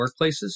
workplaces